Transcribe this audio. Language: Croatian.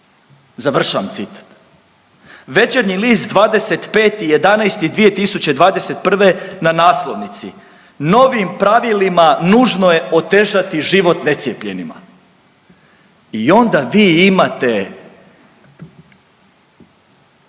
završavam citat. Večernji list 25.11.2021. na naslovnici, novim pravilima nužno je otežati život necijepljenima. I onda vi imate,